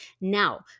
Now